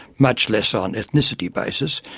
much less on ethnicity basis,